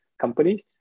companies